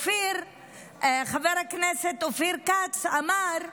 חבר הכנסת אופיר כץ אמר,